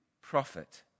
prophet